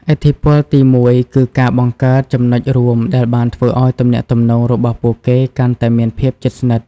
ឥទ្ធិពលទីមួយគឺការបង្កើតចំណុចរួមដែលបានធ្វើឲ្យទំនាក់ទំនងរបស់ពួកគេកាន់តែមានភាពជិតស្និទ្ធ។